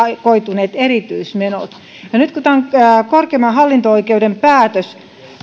koituneet erityismenot nyt kun tämä on korkeimman hallinto oikeuden päätös